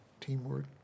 teamwork